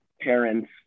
parents